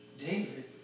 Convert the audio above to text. David